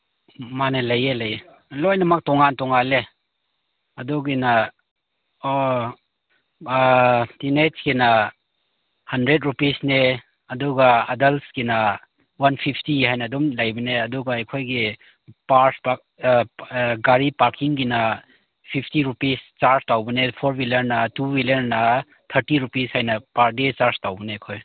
ꯃꯥꯅꯦ ꯂꯩꯌꯦ ꯂꯩꯌꯦ ꯂꯣꯏꯅꯃꯛ ꯇꯣꯉꯥꯟ ꯇꯣꯉꯥꯟꯂꯦ ꯑꯗꯨꯒꯤꯅ ꯑꯣ ꯑꯥ ꯇꯤꯟꯑꯦꯖꯀꯤꯅ ꯍꯟꯗ꯭ꯔꯦꯗ ꯔꯨꯄꯤꯁꯅꯦ ꯑꯗꯨꯒ ꯑꯦꯗꯜꯁꯀꯤꯅ ꯋꯥꯟ ꯐꯤꯐꯇꯤ ꯍꯥꯏꯅ ꯑꯗꯨꯝ ꯂꯩꯕꯅꯦ ꯑꯗꯨꯒ ꯑꯩꯈꯣꯏꯒꯤ ꯑꯥ ꯒꯥꯔꯤ ꯄꯥꯛꯀꯤꯡꯒꯤꯅ ꯐꯤꯞꯇꯤ ꯔꯨꯄꯤꯁ ꯆꯥꯔꯖ ꯇꯧꯕꯅꯦ ꯐꯣꯔ ꯋꯤꯂꯔꯅ ꯇꯨ ꯋꯤꯂꯔꯅ ꯊꯥꯔꯇꯤ ꯔꯨꯄꯤꯁ ꯍꯥꯏꯅ ꯄꯥꯔ ꯗꯦ ꯆꯥꯔꯖ ꯇꯧꯕꯅꯦ ꯑꯩꯈꯣꯏ